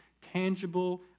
tangible